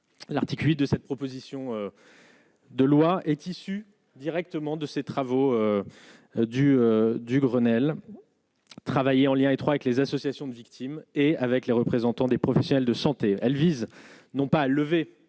l'article 8 de cette proposition de loi est issu directement de ces travaux du du Grenelle, travailler en lien étroit avec les associations de victimes et avec les représentants des professionnels de santé, elle vise non pas à lever